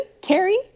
Terry